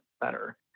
better